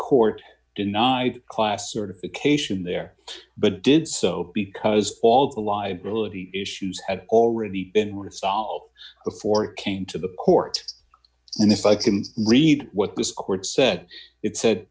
court denied class certification there but did so because all of the live realty issues had already been resolved before it came to the courts and if i can read what this court said it said